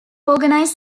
organize